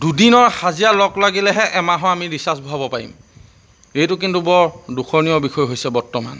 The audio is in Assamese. দুদিনৰ হাজিৰা লগ লাগিলেহে এমাহৰ আমি ৰিচাৰ্জ ভৰাব পাৰিম এইটো কিন্তু বৰ দুখনীয় বিষয় হৈছে বৰ্তমান